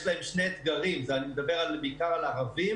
יש להם שני אתגרים אני מדבר בעיקר על ערבים.